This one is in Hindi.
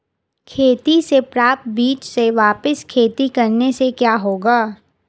खेती से प्राप्त बीज से वापिस खेती करने से क्या होगा?